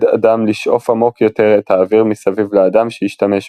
אדם לשאוף עמוק יותר את האוויר מסביב לאדם שהשתמש בו.